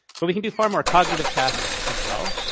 but we can do far more cognitive tasks as well.